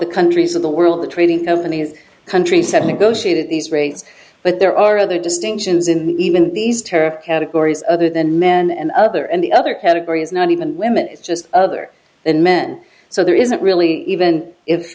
the countries of the world the trading companies country said negotiated these rates but there are other distinctions in the even these terror categories other than men and other and the other category is not even women just other than men so there isn't really even if